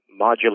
modular